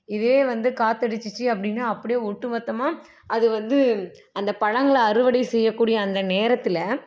இதே வந்து காத்தடிச்சிச்சு அப்படின்னா அப்படியே ஒட்டு மொத்தமாக அது வந்து அந்த பழங்கள அறுவடை செய்யக்கூடிய அந்த நேரத்தில்